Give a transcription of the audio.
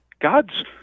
God's